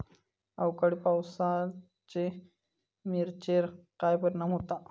अवकाळी पावसाचे मिरचेर काय परिणाम होता?